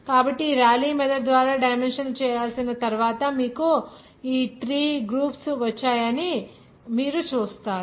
కాబట్టి ఈ Rayleigh method ద్వారా డైమెన్షనల్ అనాలసిస్ తర్వాత మీకు ఈ 3 గ్రూప్స్ వచ్చాయని మీరు చూస్తారు